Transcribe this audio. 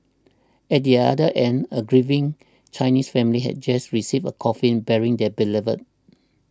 at the other end a grieving Chinese family had just received a coffin bearing their beloved